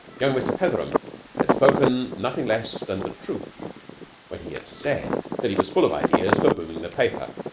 young mr. petheram had spoken nothing less than the truth when he had said that he was full of ideas for booming the paper.